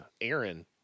Aaron